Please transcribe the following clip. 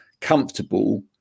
comfortable